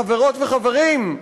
חברות וחברים,